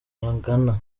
bagana